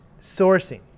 sourcing